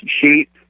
sheep